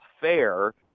fair